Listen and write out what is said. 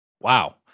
Wow